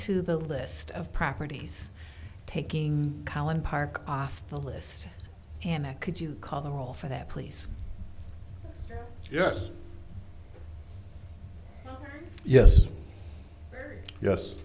to the list of properties taking collin park off the list and that could you call the roll for that please yes yes yes